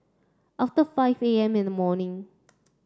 after five A M in the morning